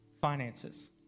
Finances